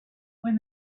when